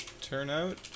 Turnout